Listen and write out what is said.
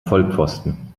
vollpfosten